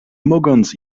mogąc